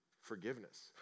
forgiveness